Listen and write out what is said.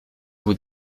vous